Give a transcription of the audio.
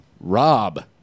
Rob